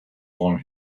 long